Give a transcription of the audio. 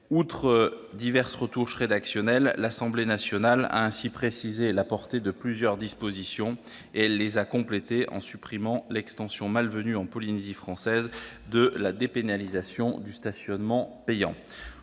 Outre diverses retouches rédactionnelles, l'Assemblée nationale a ainsi précisé la portée de plusieurs dispositions et les a complétées en supprimant l'extension, malvenue en Polynésie française, de la dépénalisation du stationnement payant.